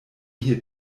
hier